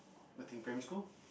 what thing primary school